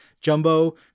Jumbo